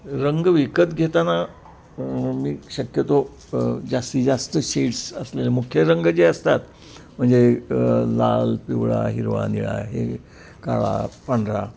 रंग विकत घेताना मी शक्यतो जास्तीत जास्त शेड्स असलेले मुख्य रंग जे असतात म्हणजे लाल पिवळा हिरवा निळा हे काळा पांढरा